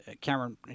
Cameron